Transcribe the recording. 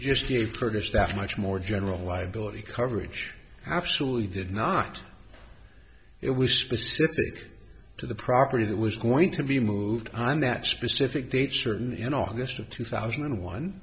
the purpose that much more general liability coverage absolutely did not it was specific to the property that was going to be moved on that specific date certain in august of two thousand and one